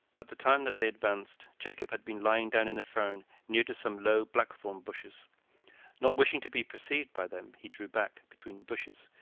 at the time that they advanced, jacob had been lying down in the fern near to some low black-thorn bushes not wishing to be perceived by them, he drew back between the bushes,